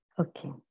Okay